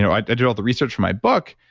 i did all the research for my book,